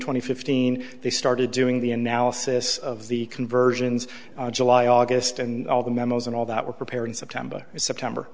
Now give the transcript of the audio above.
twenty fifteen they started doing the analysis of the conversions july august and all the memos and all that were prepared september september